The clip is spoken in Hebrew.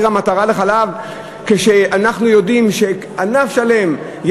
המטרה לחלב כשאנחנו יודעים שענף שלם,